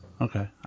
Okay